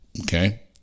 Okay